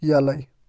یَلَے